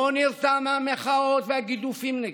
הוא לא נרתע מהמחאות והגידופים נגדו.